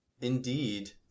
indeed